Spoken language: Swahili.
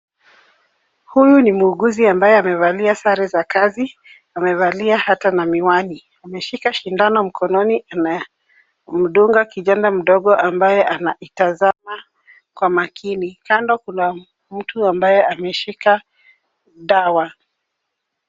Huyu ni muuguzi ambaye amevalia sare za kazi, amevalia hata na miwani, ameshika sindano mkononi anamdunga kijani mdogo ambaye anaitazama kwa makini. Kando kuna mtu ambaye ameshika dawa.